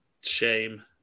shame